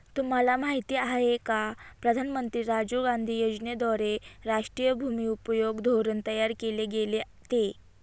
तुम्हाला माहिती आहे का प्रधानमंत्री राजीव गांधी यांच्याद्वारे राष्ट्रीय भूमि उपयोग धोरण तयार केल गेलं ते?